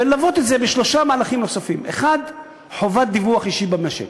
יש ללוות את זה בשלושה מהלכים נוספים: 1. חובת דיווח אישי במשק.